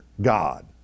God